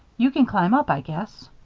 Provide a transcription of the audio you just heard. you can climb up, i guess.